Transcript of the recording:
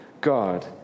God